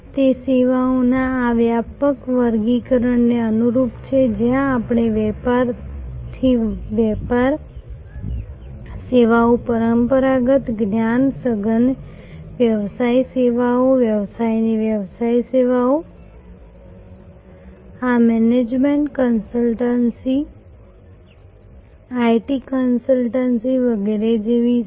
તે સેવાઓના આ વ્યાપક વર્ગીકરણને અનુરૂપ છે જ્યાં આપણે વેપારથી વ્યાપાર સેવાઓ પરંપરાગત જ્ઞાન સઘન વ્યવસાય સેવાઓ વ્યવસાયને વ્યવસાય સેવાઓ આ મેનેજમેન્ટ કન્સલ્ટન્સી આઈટી કન્સલ્ટન્સી વગેરે જેવી છે